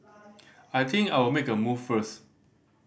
I think I'll make a move first